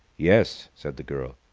yes, said the girl.